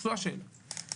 זו השאלה.